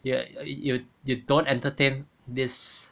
you you you don't entertain this